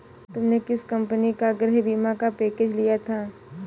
तुमने किस कंपनी का गृह बीमा का पैकेज लिया था?